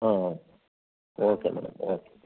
ಹಾಂ ಹಾಂ okay madam okay